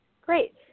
Great